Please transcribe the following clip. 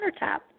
countertop